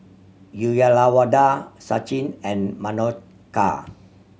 Uyyalawada Sachin and Manohar